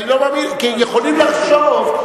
כי יכולים לחשוב,